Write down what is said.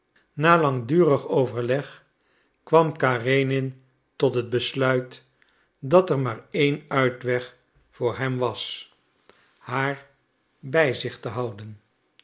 na langdurig overleg kwam karenin tot het besluit dat er maar één uitweg voor hem was haar bij zich te behouden